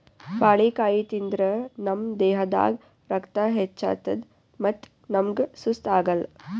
ಬಾಳಿಕಾಯಿ ತಿಂದ್ರ್ ನಮ್ ದೇಹದಾಗ್ ರಕ್ತ ಹೆಚ್ಚತದ್ ಮತ್ತ್ ನಮ್ಗ್ ಸುಸ್ತ್ ಆಗಲ್